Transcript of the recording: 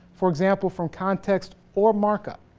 for example from context or markup.